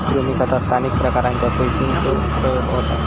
कृमी खतात स्थानिक प्रकारांच्या केंचुचो प्रयोग होता